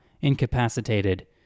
incapacitated